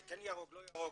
זה כן ירוק-לא ירוק.